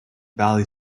valley